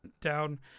down